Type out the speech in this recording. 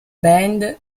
band